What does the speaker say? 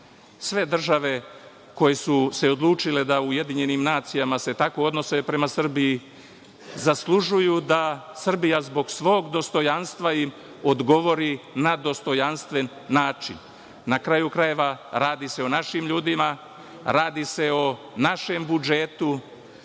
Sve države koje su se odlučile da se u UN tako odnose prema Srbiji, zaslužuju da Srbija zbog svog dostojanstva im odgovori na dostojanstven način. Na kraju krajeva, radi se o našim ljudima, radi se o našem budžetu